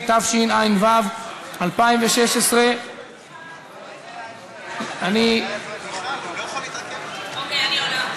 התשע"ו 2016. אוקיי, אני עולה.